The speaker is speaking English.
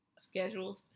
schedules